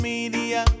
Media